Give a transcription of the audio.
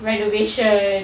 renovation